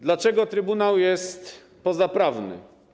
Dlaczego trybunał jest pozaprawny?